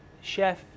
chef